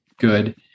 good